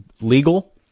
legal